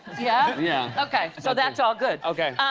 yeah? yeah. okay. so, that's all good. okay.